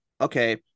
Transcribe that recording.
okay